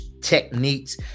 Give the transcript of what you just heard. techniques